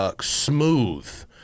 Smooth